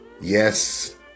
Yes